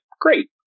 great